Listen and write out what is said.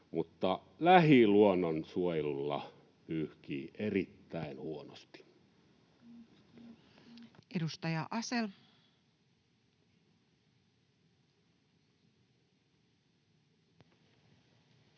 lähiluonnonsuojelulla pyyhkii erittäin huonosti. Edustaja Asell.